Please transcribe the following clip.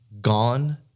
gone